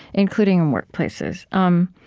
including in workplaces, um